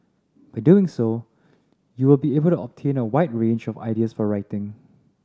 by doing so you will be able to obtain a wide range of ideas for writing